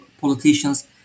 politicians